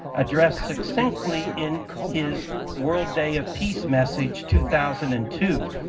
addressed succinctly in his world day of peace message two thousand and two,